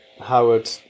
Howard